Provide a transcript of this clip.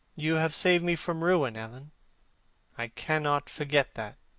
you have saved me from ruin, alan. i cannot forget that,